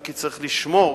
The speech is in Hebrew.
אם כי צריך לשמור